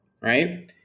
Right